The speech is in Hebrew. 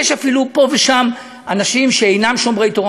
יש אפילו פה ושם אנשים שאינם שומרי תורה